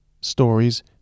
stories